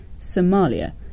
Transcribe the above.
Somalia